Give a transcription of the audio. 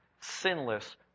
sinless